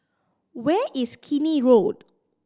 where is Keene Road